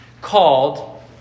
called